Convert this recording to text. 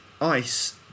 ice